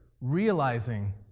realizing